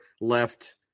left